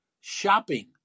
shopping